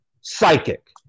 psychic